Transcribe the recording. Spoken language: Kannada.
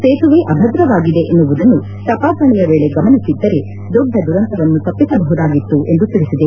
ಸೇತುವೆ ಅಭದ್ರವಾಗಿದೆ ಎನ್ನುವುದನ್ನು ತಪಾಸಣೆಯ ವೇಳೆ ಗಮನಿಸಿದ್ದರೆ ದೊಡ್ಡ ದುರಂತವನ್ನು ತಪ್ಪಿಸಬಹುದಾಗಿತ್ತು ಎಂದು ತಿಳಿಸಿದೆ